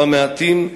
או המעטים,